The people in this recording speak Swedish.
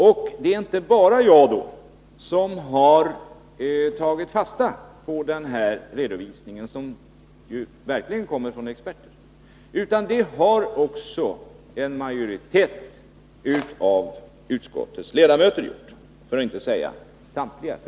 Det är då inte bara jag som har tagit fasta på den här redovisningen, som ju verkligen kommit från experterna, utan det har också en majoritet av utskottets ledamöter gjort, för att inte säga samtliga.